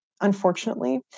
unfortunately